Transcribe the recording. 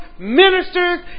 Ministers